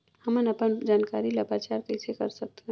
हमन अपन जानकारी ल प्रचार कइसे कर सकथन?